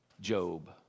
Job